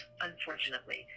unfortunately